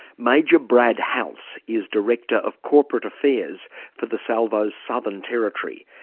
major brad halse is director of corporate affairs for the salvos southern territory.